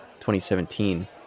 2017